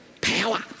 power